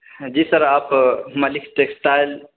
جی sir آپ Malik textile